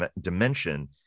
dimension